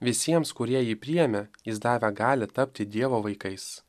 visiems kurie jį priėmė jis davė galią tapti dievo vaikais